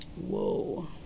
Whoa